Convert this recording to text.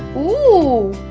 oooh!